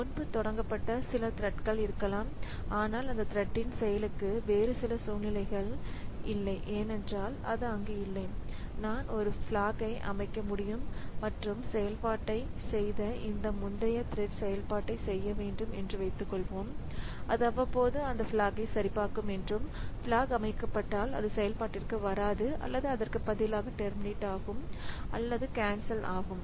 முன்பு தொடங்கப்பட்ட சில த்ரெட்கள் இருக்கலாம் ஆனால் அந்த த்ரெட்டின் செயலுக்கு வேறு சில சூழ்நிலைகள் ஏனென்றால் அது இல்லை நான் ஒரு பிளாக்ஐ அமைக்க முடியும் மற்றும் செயல்பாட்டைச் செய்த இந்த முந்தைய த்ரெட் செயல்பாட்டைச் செய்ய வேண்டும் என்று வைத்துக்கொள்வோம் அது அவ்வப்போது அந்தக் பிளாக்ஐ சரிபார்க்கும் என்றும் பிளாக் அமைக்கப்பட்டால் அது செயல்பாட்டிற்கு வராது அல்லது அதற்கு பதிலாக டெர்மினேட்ஆகும் அல்லது கேன்சல் ஆகும்